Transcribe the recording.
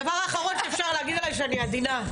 הדבר האחרון שאפשר להגיד עליי שאני עדינה.